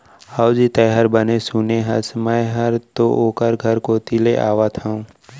हवजी, तैंहर बने सुने हस, मैं हर तो ओकरे घर कोती ले आवत हँव